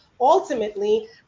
ultimately